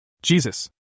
Jesus